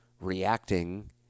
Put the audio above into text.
reacting